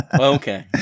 Okay